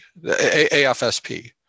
AFSP